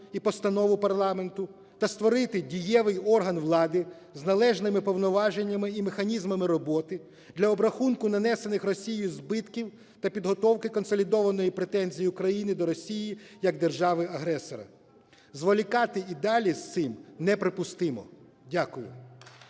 і постанову парламенту та створити дієвий орган влади з належними повноваженнями і механізмами роботи для обрахунку нанесених Росією збитків та підготовки консолідованої претензії України до Росії як держави-агресора. Зволікати і далі з цим неприпустимо. Дякую.